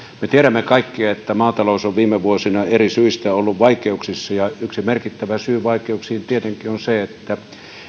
me tiedämme kaikki että maatalous on viime vuosina eri syistä ollut vaikeuksissa ja yksi merkittävä syy vaikeuksiin on tietenkin se että